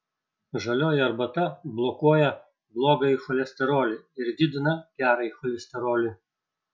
žalioji arbata blokuoja blogąjį cholesterolį ir didina gerąjį cholesterolį